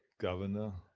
governor,